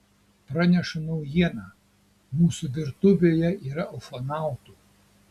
pranešu naujieną mūsų virtuvėje yra ufonautų